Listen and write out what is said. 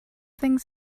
things